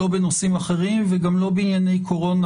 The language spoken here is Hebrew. לא בנושאים אחרים וגם לא בענייני קורונה